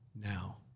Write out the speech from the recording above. now